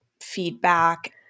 feedback